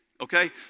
Okay